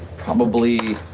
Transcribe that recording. probably